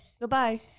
Goodbye